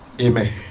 Amen